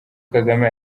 kagame